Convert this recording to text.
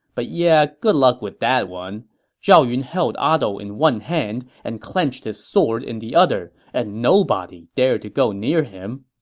but yeah, good luck with that. zhao yun held ah dou in one hand and clenched his sword in the other, and nobody dared to go near him.